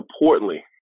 importantly